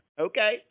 Okay